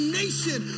nation